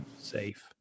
safe